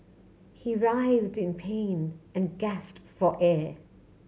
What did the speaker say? he writhed in pain and gasped for air